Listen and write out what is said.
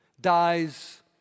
dies